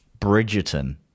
Bridgerton